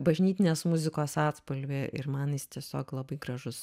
bažnytinės muzikos atspalvį ir man jis tiesiog labai gražus